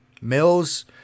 Mills